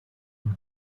and